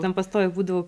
ten pastoviai būdavo